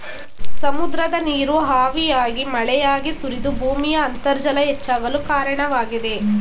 ಸಮುದ್ರದ ನೀರು ಹಾವಿಯಾಗಿ ಮಳೆಯಾಗಿ ಸುರಿದು ಭೂಮಿಯ ಅಂತರ್ಜಲ ಹೆಚ್ಚಾಗಲು ಕಾರಣವಾಗಿದೆ